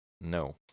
No